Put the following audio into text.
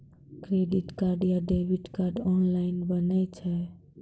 Credit card या debit card online बनै छै?